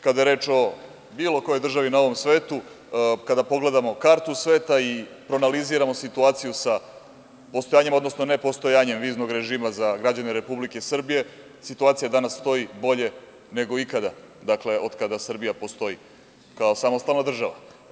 Kada je reč o bilo kojoj državi na ovom svetu, kada pogledamo kartu sveta i proanaliziramo situaciju sa postojanjem, odnosno nepostojanjem viznog režima za građane Republike Srbije, situacija danas stoji bolje nego ikada od kada Srbija postoji kao samostalna država.